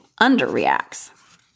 underreacts